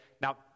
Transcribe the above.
Now